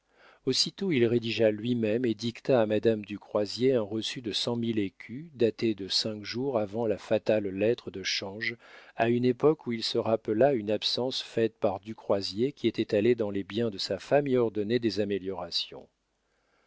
aussitôt il rédigea lui-même et dicta à madame du croisier un reçu de cent mille écus daté de cinq jours avant la fatale lettre de change à une époque où il se rappela une absence faite par du croisier qui était allé dans les biens de sa femme y ordonner des améliorations